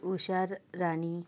Usha Rani